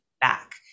back